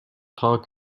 talk